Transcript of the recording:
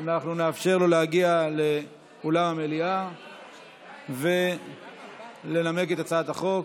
אנחנו נאפשר לו להגיע לאולם המליאה ולנמק את הצעת החוק.